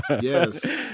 Yes